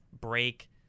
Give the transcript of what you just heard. break